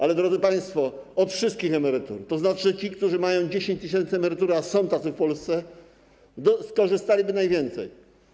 Ale, drodzy państwo, od wszystkich emerytur, a to znaczy, że ci, którzy mają 10 tys. emerytury, a są tacy w Polsce, skorzystaliby najwięcej.